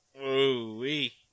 Ooh-wee